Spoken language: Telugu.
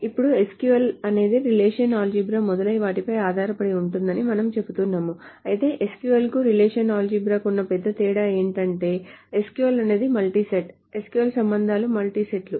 ఇప్పుడు SQL అనేది రిలేషనల్ ఆల్జీబ్రా మొదలైన వాటిపై ఆధారపడి ఉంటుందని మనము చెబుతున్నాము అయితే SQL కి రిలేషనల్ ఆల్జీబ్రాకు ఉన్న పెద్ద తేడా ఏమిటంటే SQL అనేది మల్టీ సెట్ SQL సంబంధాలు మల్టీ సెట్లు